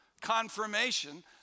confirmation